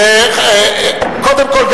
קודם כול,